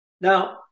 Now